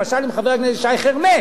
למשל עם חבר הכנסת שי חרמש,